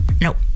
Nope